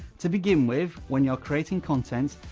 to begin with, when you're creating content,